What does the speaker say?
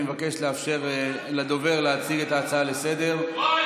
אני מבקש לאפשר לדובר להציג את ההצעה לסדר-היום.